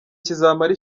kizamara